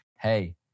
hey